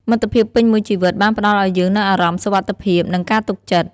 មិត្តភាពពេញមួយជីវិតបានផ្តល់ឲ្យយើងនូវអារម្មណ៍សុវត្ថិភាព និងការទុកចិត្ត។